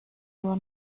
nur